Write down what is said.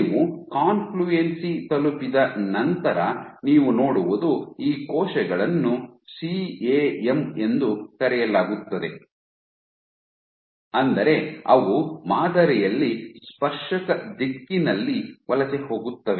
ನೀವು ಕಾಂಫ್ಲ್ಯೂಎನ್ಸಿ ತಲುಪಿದ ನಂತರ ನೀವು ನೋಡುವುದು ಈ ಕೋಶಗಳನ್ನು ಸಿಎಎಮ್ ಎಂದು ಕರೆಯಲಾಗುತ್ತದೆ ಅಂದರೆ ಅವು ಮಾದರಿಯಲ್ಲಿ ಸ್ಪರ್ಶಕ ದಿಕ್ಕಿನಲ್ಲಿ ವಲಸೆ ಹೋಗುತ್ತವೆ